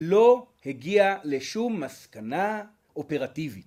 ‫לא הגיע לשום מסקנה אופרטיבית.